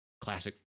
classic